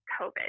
COVID